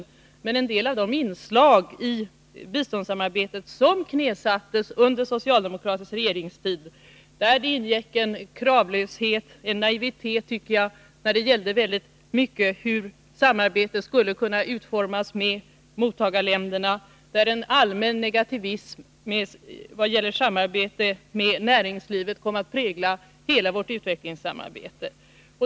Kritiken gäller en del av de inslag i biståndssamarbetet som knäsattes under socialdemokraternas regeringstid där det ingick kravlöshet och naivitet i fråga om hur samarbetet med mottagarländerna skulle kunna utformas och där en allmän negativism beträffande samarbetet med näringslivet kom att prägla hela vårt utvecklingssamarbete.